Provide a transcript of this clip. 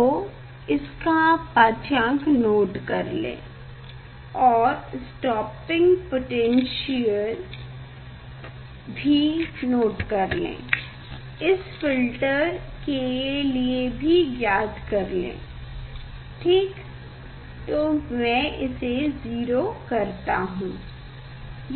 तो इसका पाठ्यांक नोट कर लें और स्टॉपिंग पोटैन्श्यल इस फ़िल्टर के लिए भी ज्ञात कर लें ठीक तो मैं इसे 0 करता हूँ